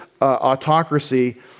autocracy